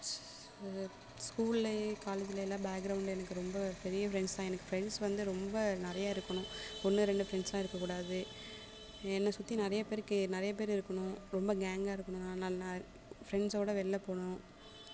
ஸ் ஸ்கூல்லேயே காலேஜில் எல்லாம் பேக்ரௌண்ட் எனக்கு ரொம்ப பெரிய ஃப்ரெண்ட்ஸ் தான் எனக்கு ஃப்ரெண்ட்ஸ் வந்து ரொம்ப நிறையா இருக்கணும் ஒன்று ரெண்டு ஃப்ரெண்ட்ஸ்லான் இருக்கக்கூடாது என்னை சுற்றி நிறைய பேர் கே நிறையா பேர் இருக்குணும் ரொம்ப கேங்கா இருக்குணும் ஃப்ரெண்ட்ஸோடய வெளியில் போனோம்